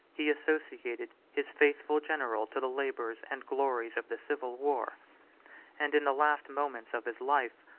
he associated his faithful general to the labors and glories of the civil war and in the last moments of his life,